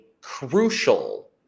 crucial